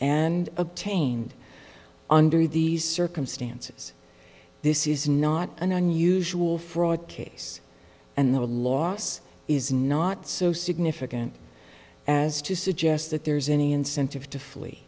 and obtained under these circumstances this is not an unusual fraud case and the loss is not so significant as to suggest that there's any incentive to flee